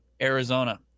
Arizona